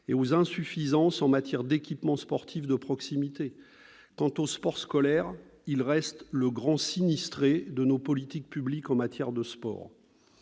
et aux insuffisances en matière d'équipements sportifs de proximité. Quant au sport scolaire, il reste le grand sinistré de nos politiques publiques en matière de sport.